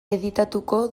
editatuko